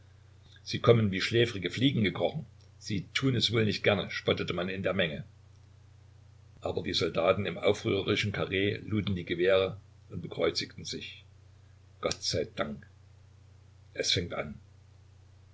sie kommen wie schläfrige fliegen gekrochen sie tun es wohl nicht gerne spottete man in der menge aber die soldaten im aufrührerischen karree luden die gewehre und bekreuzigten sich gott sei dank es fängt an